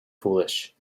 foolish